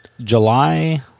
July